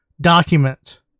document